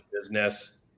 business